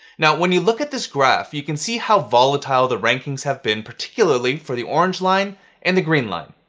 now, when you look at this graph, you can see how volatile the rankings have been particularly for the orange line and the green line.